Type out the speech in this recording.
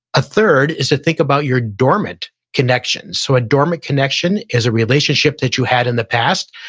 a third is to think about your dormant connections. so, a dormant connection is a relationship that you had in the past,